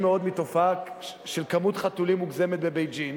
מאוד מתופעה של כמות חתולים מוגזמת בבייג'ין,